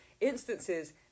instances